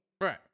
Right